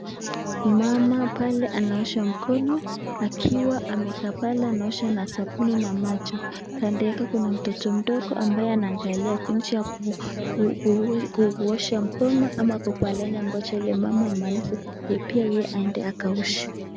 Mmama pale anaosha mkono akiwa amekaa pale anaosha na sabuni na maji. Kando yake kuna mtoto mdogo ambaye anaangalia jinsi ya kuosha mkono ama ako kwa laini anangoja mama amalize ndio pia yeye aende akaoshe.